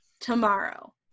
tomorrow